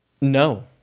no